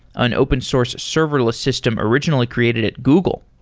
an open source serverless system originally created at google.